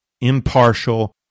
impartial